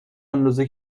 اندازه